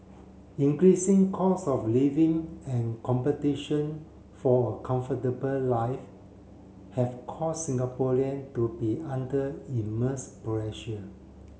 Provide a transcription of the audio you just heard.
increasing costs of living and competition for a comfortable life have caused Singaporean to be under immense pressure